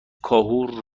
کاهو